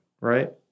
right